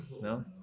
No